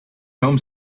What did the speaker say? home